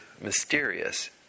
mysterious